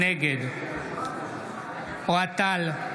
נגד אוהד טל,